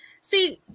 see